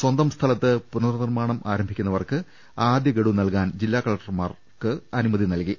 സ്വന്തം സ്ഥലത്ത് പുനർ നിർമ്മാണം ആരംഭിക്കുന്നവർക്ക് ആദ്യഗഡു നൽകാൻ ജില്ലാ കലക്ടർമാർക്ക് അനുമതി നൽകി